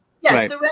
Yes